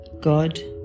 God